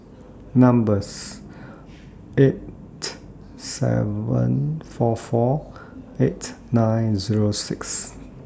numbers eight seven four four eight nine Zero six